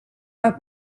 mai